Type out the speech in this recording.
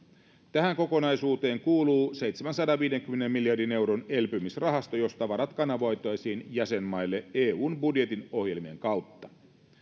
tähän kokonaisuuteen kuuluu seitsemänsadanviidenkymmenen miljardin euron elpymisrahasto josta varat kanavoitaisiin jäsenmaille eun budjetin ohjelmien kautta